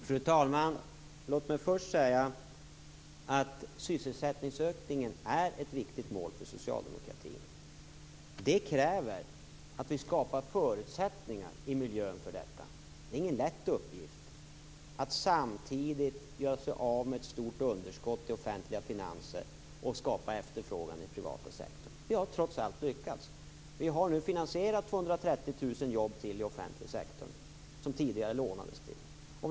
Fru talman! Låt mig först säga att sysselsättningsökningen är ett viktigt mål för socialdemokratin. Det krävs att vi skapar förutsättningar i miljön för detta. Det är ingen lätt uppgift att samtidigt göra sig av med ett stort underskott i de offentliga finanserna och skapa efterfrågan i den privata sektorn. Men vi har trots allt lyckats. Vi har nu finansierat 230 000 jobb i offentlig sektor som det tidigare lånades till.